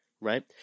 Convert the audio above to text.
right